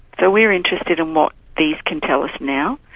so we are interested in what these can tell us now.